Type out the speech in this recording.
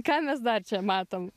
ką mes dar čia matom